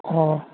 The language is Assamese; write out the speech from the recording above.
অঁ